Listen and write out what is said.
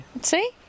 See